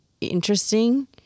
interesting